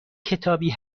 کتابی